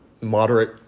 moderate